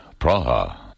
Praha